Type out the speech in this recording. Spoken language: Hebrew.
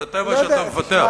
זה טבע שאתה מפתח.